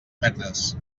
metres